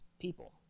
people